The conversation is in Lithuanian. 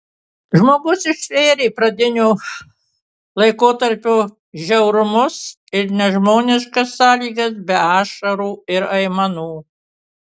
žmogus ištvėrė pradinio laikotarpio žiaurumus ir nežmoniškas sąlygas be ašarų ir aimanų